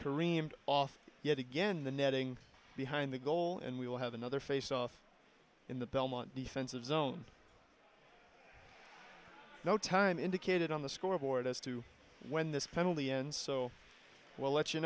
kareem off yet again the netting behind the goal and we'll have another faceoff in the belmont defensive zone no time indicated on the scoreboard as to when this penalty ends so we'll let you